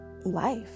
life